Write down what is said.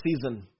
season